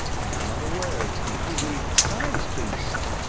and another word from hungry science beast,